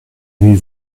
aimez